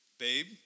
Babe